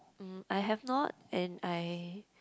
mm I have not and I